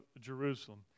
Jerusalem